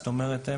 זאת אומרת,